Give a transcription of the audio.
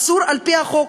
אסור על-פי החוק,